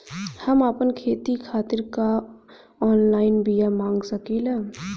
हम आपन खेती खातिर का ऑनलाइन बिया मँगा सकिला?